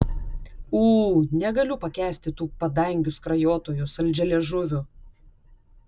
ū negaliu pakęsti tų padangių skrajotojų saldžialiežuvių